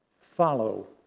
follow